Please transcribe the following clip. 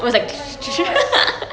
oh my gosh